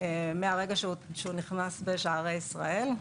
מהרגע שהוא נכנס בשערי ישראל.